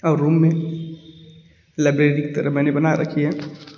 और रूम में लाइब्रेरी की तरह मैंने बना रखी है